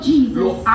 Jesus